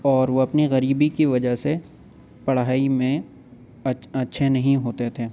اور وہ اپنی غریبی کی وجہ سے پڑھائی میں اچھے نہیں ہوتے تھے